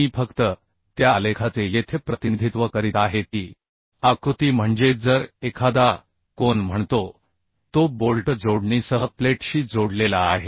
मी फक्त त्या आलेखाचे येथे प्रतिनिधित्व करीत आहे ती आकृती म्हणजे जर एखादा कोन म्हणतो की तो बोल्ट जोडणीसह प्लेटशी जोडलेला आहे